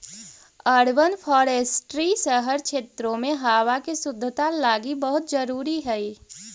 urban forestry शहरी क्षेत्रों में हावा के शुद्धता लागी बहुत जरूरी हई